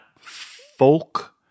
folk